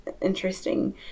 interesting